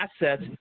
assets